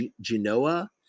Genoa